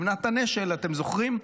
עם נתן אשל, אתם זוכרים?